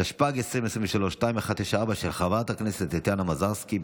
התשפ"ג 2023, 2194, של חברת הכנסת טטיאנה מזרסקי.